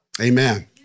Amen